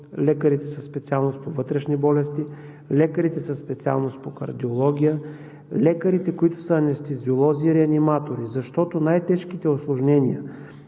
лекарите със специалност по вътрешни болести, лекарите със специалност по кардиология, лекарите, които са анестезиолози-реаниматори, защото най-тежките усложнения